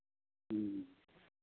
ᱦᱮᱸ